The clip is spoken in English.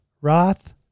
Roth